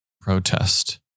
protest